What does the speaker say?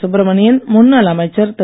சுப்ரமணியன் முன்னாள் அமைச்சர் திரு